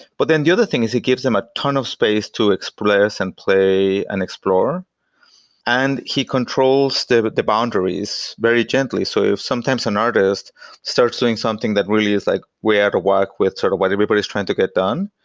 but then the other thing is he gives them a ton of space to express and play and explore and he controls but the boundaries very gently. so if sometimes an artist starts doing something that really is like we ah have work with sort of what everybody is trying to get done.